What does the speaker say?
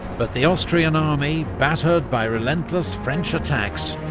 but the austrian army, battered by relentless french attacks,